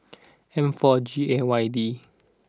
M four G A Y D